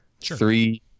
Three